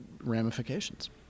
ramifications